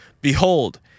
behold